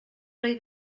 wyf